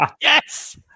Yes